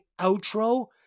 outro